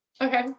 okay